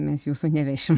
mes jūsų nevešim